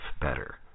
better